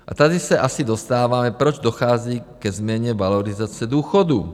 A tady se asi dostáváme , proč dochází ke změně valorizace důchodů.